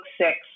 six